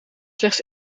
slechts